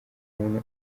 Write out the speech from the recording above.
umuntu